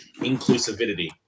inclusivity